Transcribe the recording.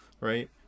right